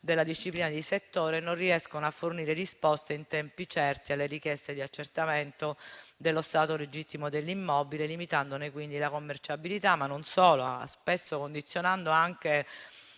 della disciplina di settore, non riescono a fornire risposte in tempi certi alle richieste di accertamento dello stato legittimo dell'immobile, limitandone la commerciabilità, con ripercussioni severe